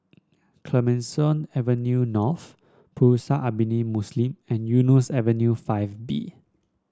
Clemenceau Avenue North Pusara Abadi Muslim and Eunos Avenue Five B